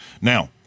Now